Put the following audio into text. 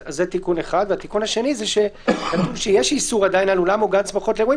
התיקון השני הוא שיש עדיין איסור על אולם או גן שמחות ולאירועים